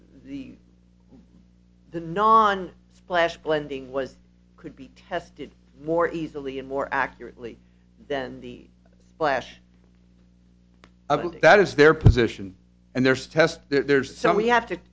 the the non splash blending was could be tested more easily and more accurately then the splash of it that is their position and there's test there's some we have to